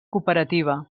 cooperativa